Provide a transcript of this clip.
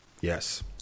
Yes